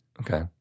okay